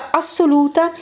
assoluta